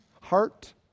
heart